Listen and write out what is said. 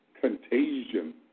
contagion